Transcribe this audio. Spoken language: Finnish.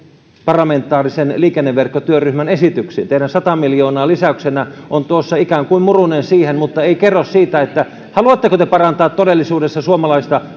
parlamentaarisen liikenneverkkotyöryhmän esityksiin teidän sata miljoonaa lisäyksenä on tuossa ikään kuin murunen siihen mutta ei kerro siitä haluatteko te parantaa todellisuudessa suomalaista